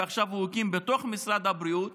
ועכשיו הוא הקים במשרד הבריאות